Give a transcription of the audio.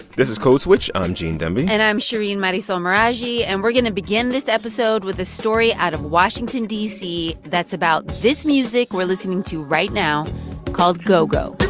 is code switch. i'm gene demby and i'm shereen marisol meraji. and we're going to begin this episode with a story out of washington, d c, that's about this music we're listening to right now called go-go but